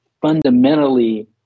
fundamentally